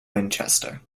winchester